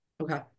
Okay